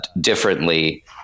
differently